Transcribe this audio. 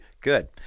good